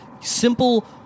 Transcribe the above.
simple